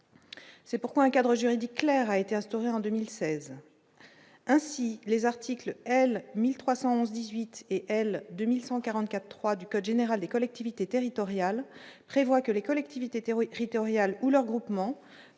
C'est pourquoi un cadre juridique clair a été instaurée en 2016, ainsi les articles L 1311 18 et L 2144 3 du code général des collectivités territoriales, prévoit que les collectivités terreau écrite Royal ou leurs groupements